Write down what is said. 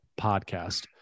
podcast